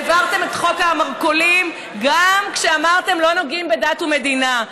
העברתם את חוק המרכולים גם כשאמרתם שלא נוגעים בדת ומדינה,